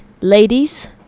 Ladies